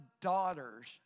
daughter's